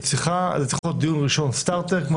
זה צריך להיות דיון ראשון, סטרטר כמו